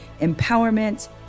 empowerment